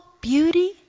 beauty